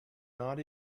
not